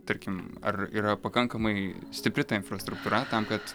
tarkim ar yra pakankamai stipri ta infrastruktūra tam kad